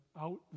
out